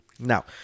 Now